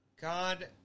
God